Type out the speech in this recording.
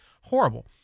horrible